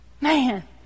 Man